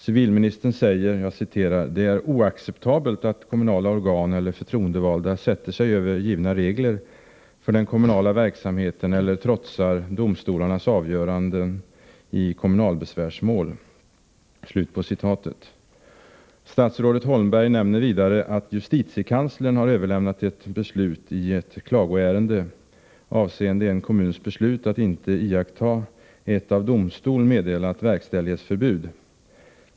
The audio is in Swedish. Civilministern säger: ”Det är oacceptabelt att kommunala organ eller förtroendevalda sätter sig över givna regler för den kommunala verksamheten eller trotsar domstolarnas avgöranden i kommunalbesvärsmål.” Statsrådet Holmberg säger vidare att justitiekanslern har överlämnat ett beslut i ett klagoärende avseende en kommuns beslut att inte iaktta ett av domstol meddelat verkställighetsförbud.